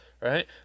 Right